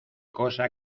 cosa